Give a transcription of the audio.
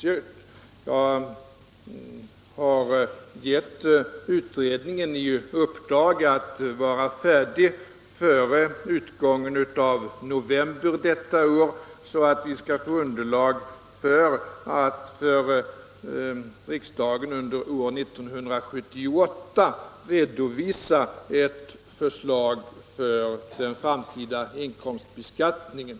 Jag har gett utredningen i uppdrag att vara färdig före utgången av november detta år så att vi skall få underlag för att under år 1978 inför riksdagen redovisa ett förslag om den framtida inkomstbeskattningen.